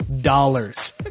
dollars